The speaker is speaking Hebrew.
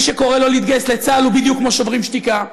מי שקורא לא להתגייס לצה"ל הוא בדיוק כמו שוברים שתיקה,